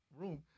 room